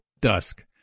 dusk